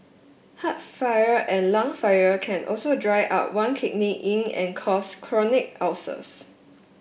heart fire and lung fire can also dry up one kidney yin and cause chronic ulcers